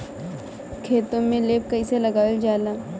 खेतो में लेप कईसे लगाई ल जाला?